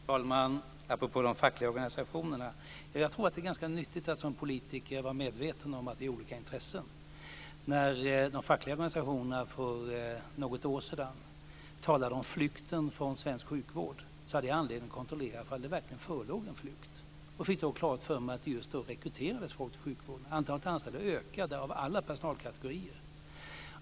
Fru talman! Apropå de fackliga organisationerna vill jag säga att jag tror att det är ganska nyttigt att som politiker vara medveten om att det finns olika intressen här. När de fackliga organisationerna för något år sedan talade om flykten från svensk sjukvård, hade jag anledning att kontrollera om det verkligen förelåg någon flykt. Jag fick klart för mig att det just då rekryterades folk till sjukvården. Antalet anställda ökade i alla personalkategorier.